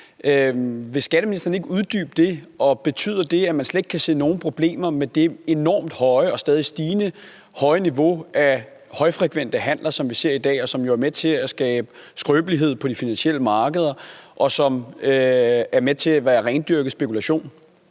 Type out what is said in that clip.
Vil skatteministeren ikke uddybe det? Og betyder det, at man slet ikke kan se nogle problemer med det enormt høje og stadig stigende niveau af højfrekvente handler, som vi ser i dag, og som jo er med til at skabe skrøbelighed på de finansielle markeder, og som medvirker til rendyrket spekulation?